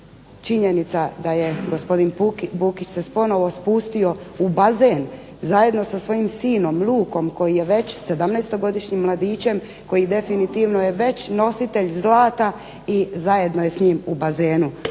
činjenica da je gospodin Bukić se ponovno spustio u bazen zajedno sa svojim sinom Lukom koji je već 17-godišnji mladić koji definitivno je već nositelj zlata i zajedno je s njim u bazenu.